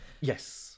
Yes